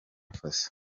faso